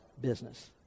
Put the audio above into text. business